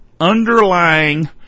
underlying